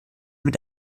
mit